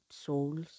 souls